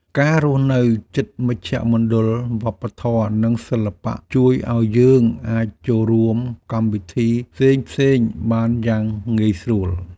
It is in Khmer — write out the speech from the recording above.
ការរស់នៅជិតមជ្ឈមណ្ឌលវប្បធម៌និងសិល្បៈជួយឱ្យយើងអាចចូលរួមកម្មវិធីផ្សេងៗបានយ៉ាងងាយស្រួល។